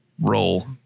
roll